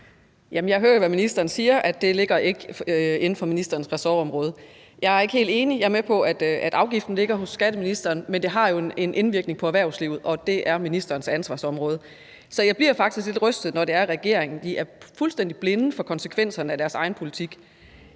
jeg hører jo, hvad ministeren siger: at det ikke ligger inden for ministerens ressortområde. Jeg er ikke helt enig. Jeg er med på, at spørgsmålet om afgiften ligger hos skatteministeren, men det har jo en indvirkning på erhvervslivet, og det er ministerens ansvarsområde. Så jeg bliver faktisk lidt rystet, når det er, at regeringen er fuldstændig blinde for konsekvenserne af deres egen politik.